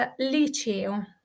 liceo